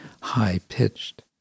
high-pitched